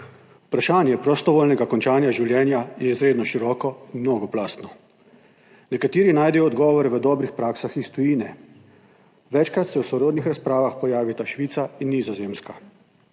Vprašanje prostovoljnega končanja življenja je izredno široko in mnogoplastno. Nekateri najdejo odgovore v dobrih praksah iz tujine, večkrat se v sorodnih razpravah pojavita Švica in Nizozemska,